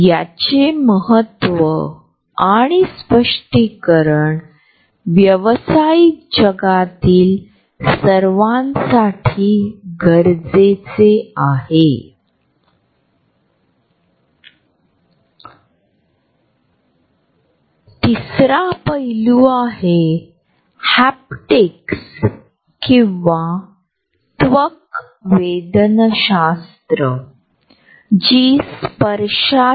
उदाहरणार्थलिफ्टमध्ये आपण निर्जीव वस्तूंकडे पाहू आणि इतरांशी नजरेने संपर्क साधून आम्ही लिफ्टची बटणे बघू ज्या मजल्याची संख्या दर्शविली जात आहे त्याकडे लक्ष देऊ विशिष्ट वस्तूकडे बघू